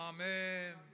Amen